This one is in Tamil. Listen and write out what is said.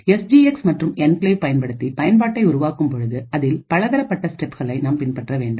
எஸ் ஜி எக்ஸ் மற்றும் என்கிளேவ் பயன்படுத்தி பயன்பாட்டை உருவாக்கும் பொழுது அதில் பலதரப்பட்ட ஸ்டெப்களை நாம் பின்பற்ற வேண்டும்